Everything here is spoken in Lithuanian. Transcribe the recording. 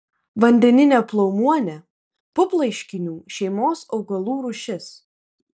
vandeninė plaumuonė puplaiškinių šeimos augalų rūšis